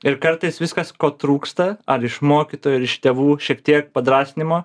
ir kartais viskas ko trūksta ar iš mokytojų ar iš tėvų šiek tiek padrąsinimo